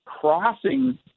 crossing